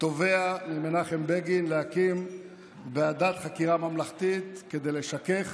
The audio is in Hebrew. ותובע ממנחם בגין להקים ועדת חקירה ממלכתית כדי לשכך